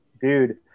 dude